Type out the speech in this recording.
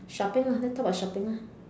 shopping ah let's talk about shopping ah